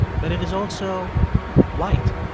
but it is also white.